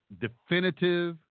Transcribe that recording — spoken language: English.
definitive